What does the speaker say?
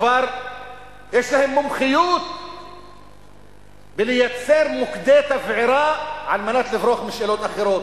כבר יש להן מומחיות בלייצר מוקדי תבערה על מנת לברוח משאלות אחרות.